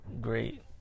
great